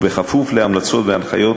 וכפוף להמלצות והנחיות